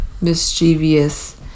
mischievous